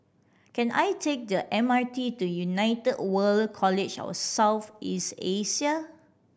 can I take the M R T to United World College of South East Asia